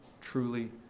truly